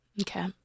Okay